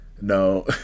No